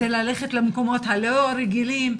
זה ללכת למקומות הלא רגילים,